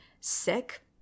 sick